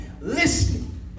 listening